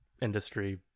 industry